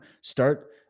start